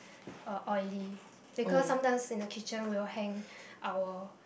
uh oily because sometimes in the kitchen we'll hang our